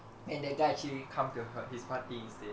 and that guy actually come to her his party instead